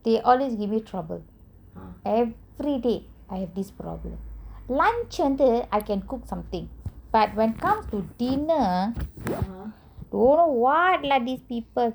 they always give me trouble everyday I have this problem lunch I can cook something but when it comes to dinner don't know what lah these people